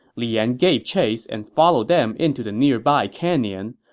li yan gave chase and followed them into the nearby canyon.